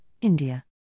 India